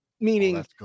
Meaning